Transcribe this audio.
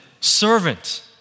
servant